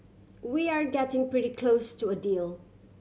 we're getting pretty close to a deal